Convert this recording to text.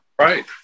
Right